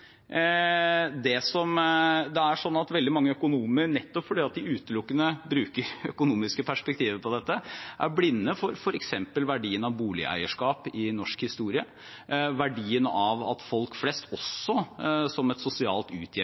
Det er slik at veldig mange økonomer, nettopp fordi man utelukkende bruker økonomiske perspektiver på dette, er blinde for f.eks. verdien av boligeierskap i norsk historie, verdien av at folk flest, også som et sosialt